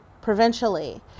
provincially